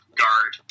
guard